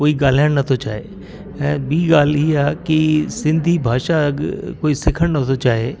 कोई ॻाल्हाइणु नथो चाहे